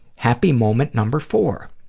happy moment number four.